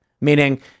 Meaning